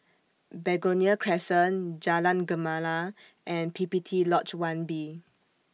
Begonia Crescent Jalan Gemala and P P T Lodge one B